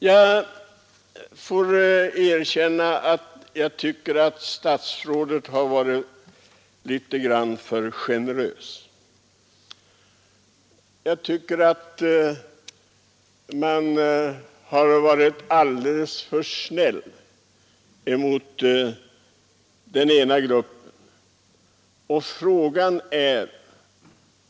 Jag får erkänna att jag tycker statsrådet har varit litet för generös; han har varit alldeles för snäll mot den ena gruppen.